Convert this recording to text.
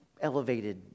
elevated